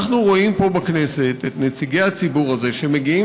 אנחנו רואים פה בכנסת את נציגי הציבור הזה שמגיעים